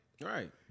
Right